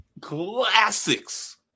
classics